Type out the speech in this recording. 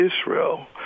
Israel